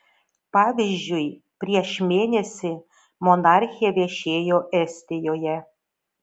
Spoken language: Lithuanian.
pavyzdžiui prieš mėnesį monarchė viešėjo estijoje